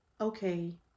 Okay